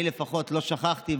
אני לפחות לא שכחתי,